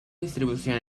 distribución